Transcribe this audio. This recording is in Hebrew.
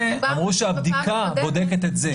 אמרו שהבדיקה בודקת את זה.